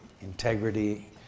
integrity